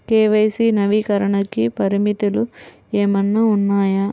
KYC నవీకరణకి పరిమితులు ఏమన్నా ఉన్నాయా?